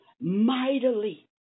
Mightily